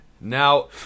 Now